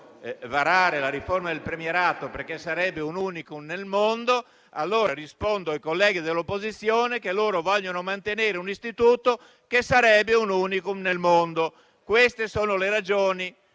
varare la riforma del premierato, perché sarebbe un *unicum* nel mondo, rispondo ai colleghi dell'opposizione che loro vogliono mantenere un istituto che sarebbe un *unicum* nel mondo. Queste sono le ragioni